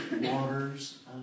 waters